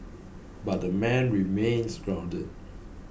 but the man remains grounded